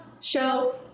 show